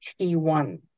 T1